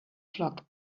flock